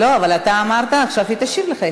אבל אתה אמרת, עכשיו היא תשיב לך.